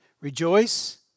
Rejoice